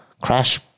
crash